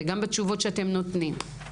וגם בתשובות שאתם נותנים,